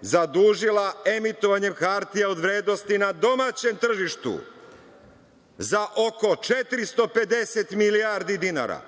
zadužila emitovanjem hartija od vrednosti na domaćem tržištu za oko 450 milijardi dinara,